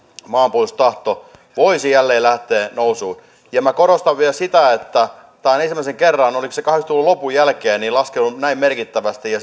maanpuolustustahto voisi jälleen lähteä nousuun korostan vielä sitä että tämä on ensimmäisen kerran oliko se kahdeksankymmentä luvun lopun jälkeen laskenut näin merkittävästi ja